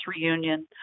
reunion